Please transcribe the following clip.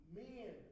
men